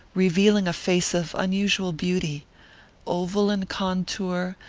revealing a face of unusual beauty oval in contour,